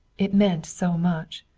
it meant so much.